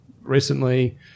recently